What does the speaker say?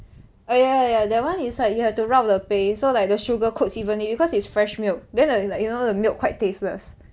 oh ya ya that one is like you have to rub the 杯 so like the sugar codes evenly because it's fresh milk then like you know the milk quite tasteless